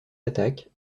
attaques